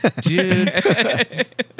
Dude